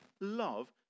love